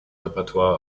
repertoire